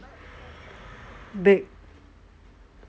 back